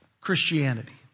Christianity